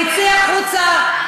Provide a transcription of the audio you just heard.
תצאי החוצה,